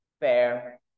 Fair